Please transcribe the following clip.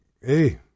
Hey